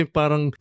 parang